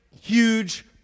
huge